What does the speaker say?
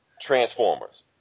Transformers